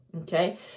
Okay